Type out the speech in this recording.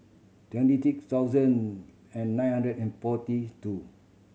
twenty six thousand and nine hundred and forty two